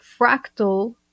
fractal